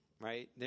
right